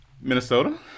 Minnesota